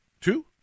Two